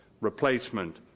Replacement